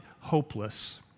hopeless